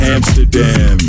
Amsterdam